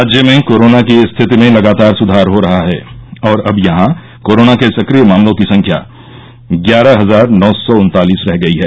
राज्य में कोरोना की स्थिति में लगातार सुधार हो रहा है और अब यहां कोरोना के सक्रिय मामलों की संख्या ग्यारह हजार नौ सौ उन्तालिस रह गई है